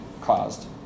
caused